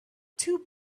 two